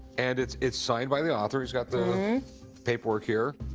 and it's it's signed by the author. he's got the paperwork here.